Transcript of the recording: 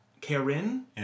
Karen